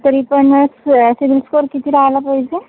तरी पण मग सिबिल स्कोर किती राहिला पाहिजे